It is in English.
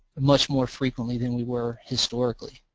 much more frequently than we were historically.